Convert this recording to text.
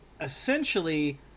essentially